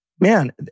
man